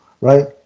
right